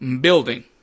building